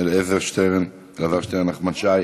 אלעזר שטרן, נחמן שי,